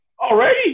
Already